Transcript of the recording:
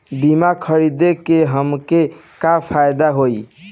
बीमा खरीदे से हमके का फायदा होई?